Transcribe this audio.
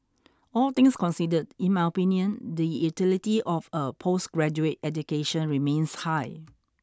all things considered in my opinion the utility of a postgraduate education remains high